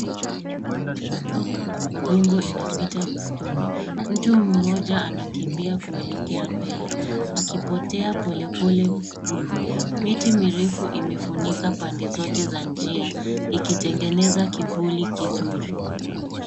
Udongo inapita msitu I. Mtu mmoja anakimbia kuelekea mbele akipotea pole pole msituni. Miti mirefu imefunika pande zote za njia ikitengeneza kivuli kizuri.